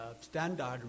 standard